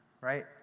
right